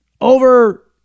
over